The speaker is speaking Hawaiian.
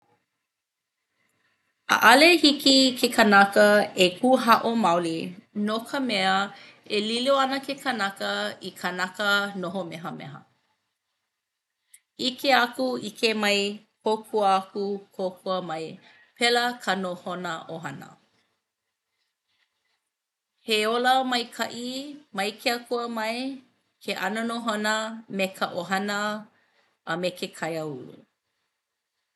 ʻAʻale hiki ke kanaka e kūhaʻo maoli no ka mea e lilo ana ke kanaka i kanaka noho mehameha. ʻIke aku ʻike mai kōkua aku kōkua mai pēlā ka nohona ʻohana. He ola maikaʻi mai ke Akua mai ke ʻano nohona me ka ʻohana a me ke kaiāulu.